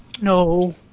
No